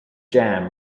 jam